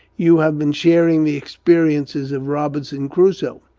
you have been sharing the experiences of robinson crusoe.